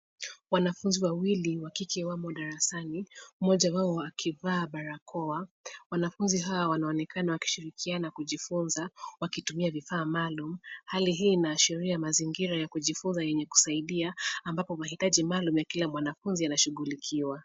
Wanafunzi wawili wa kike wamo darasani , mmoja wao akivaa barakoa. Wanafunzi hawa wanaonekana wakishirikiana kujifunza wakitumia vifaa maalum. Hali hii inaashiria mazingira ya kujifunza yenye kusaidia ambapo mahitaji maalum ya kila mwanafunzi yanashughulikiwa.